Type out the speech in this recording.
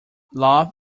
love